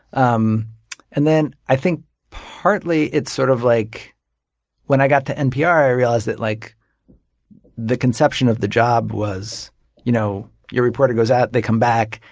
um and then i think partly it's sort of like when i got to npr, i realized that like the conception of the job was you know your reporter goes out, they come back,